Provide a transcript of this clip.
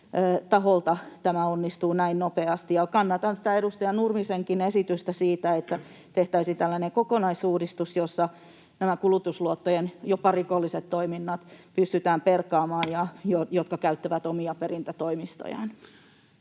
tämä onnistuu näin nopeasti. Kannatan sitä edustaja Nurmisenkin esitystä siitä, että tehtäisiin tällainen kokonaisuudistus, jossa pystytään perkaamaan nämä kulutusluottojen jopa rikolliset toiminnat, jotka käyttävät omia perintätoimistojaan.